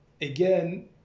Again